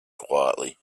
quietly